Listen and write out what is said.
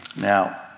Now